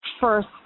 first